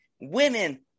women